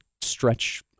stretch